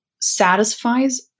satisfies